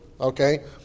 okay